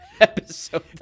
episode